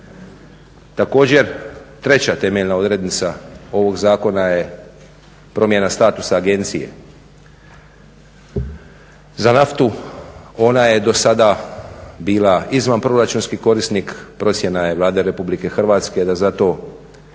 Također treća temeljna odrednica ovog zakona je promjena statusa agencije. Za naftu ona je do sada bila izvanproračunski korisnik, procjena je Vlade Republike Hrvatske da za to